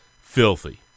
filthy